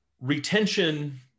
Retention